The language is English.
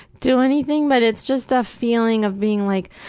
do anything, but it's just a feeling of being like,